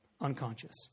unconscious